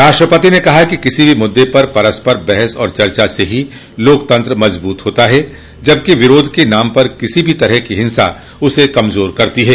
राष्ट्रपति ने कहा कि किसी भी मुद्दे पर परस्पर बहस और चर्चा से ही लोकतंत्र मजबूत होता है जबकि विरोध के नाम पर किसी भी तरह की हिंसा उसे कमजोर करती है